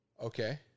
Okay